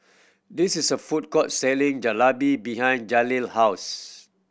this is a food court selling Jalebi behind Jaleel house